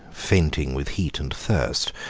fainting with heat and thirst,